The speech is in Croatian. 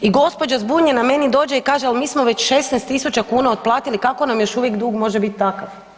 I gospođa zbunjena meni dođe i kaže ali mi smo već 16.000 kuna otplatili kako nam još uvijek dug može biti takav.